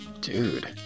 Dude